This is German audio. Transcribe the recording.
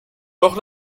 doch